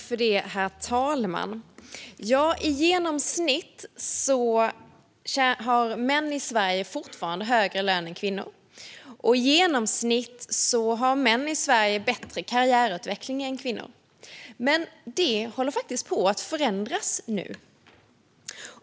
Herr talman! I genomsnitt har män i Sverige fortfarande högre lön än kvinnor, och i genomsnitt har män i Sverige bättre karriärutveckling än kvinnor. Men detta håller faktiskt på att förändras nu.